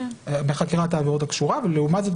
מחקירת העבירה הקשורה ולעומת זאת,